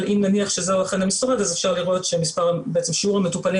אבל אם נניח שזהו אכן המספר אז אפשר לראות ששיעור המטופלים